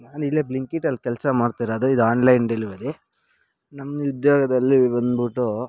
ನಾನಿಲ್ಲೇ ಬ್ಲಿಂಕ್ ಇಟ್ಟಲ್ಲಿ ಕೆಲಸ ಮಾಡ್ತಿರೋದು ಇದು ಆನ್ಲೈನ್ ಡೆಲಿವರಿ ನಮ್ಮ ಉದ್ಯೋಗದಲ್ಲಿ ಬಂದ್ಬಿಟ್ಟು